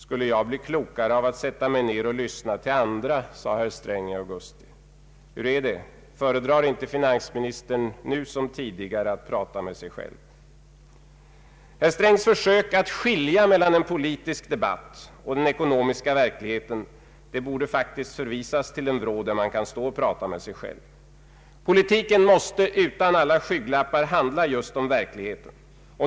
”Skulle jag bli klokare av att sätta mig ner och lyssna till andra”, sade herr Sträng i augusti. Hur är det? Föredrar inte finansministern nu som tidigare att prata med sig själv? Herr Strängs försök att skilja mellan politisk debatt och ekonomisk verklighet borde faktiskt förvisas till samma vrå som den där han till vardags sitter och pratar med sig själv. Politiken måste utan alla skygglappar handla just om verkligheten.